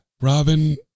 Robin